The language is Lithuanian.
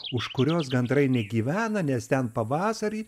už kurios gandrai negyvena nes ten pavasarį